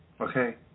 Okay